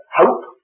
hope